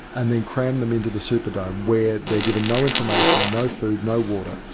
and then cram them into the superdome where they're given no information, no food, no water,